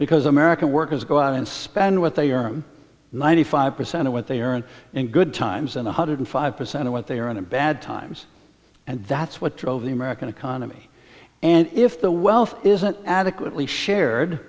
because american workers go out and spend what they are i'm ninety five percent of what they earn in good times and one hundred five percent of what they are in the bad times and that's what drove the american economy and if the wealth isn't adequately shared